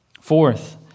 Fourth